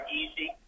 easy